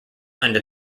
under